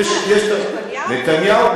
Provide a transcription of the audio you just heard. לא, נתניהו, נתניהו.